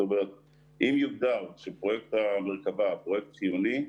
אם יוגדר שפרויקט המרכבה הוא פרויקט חיוני,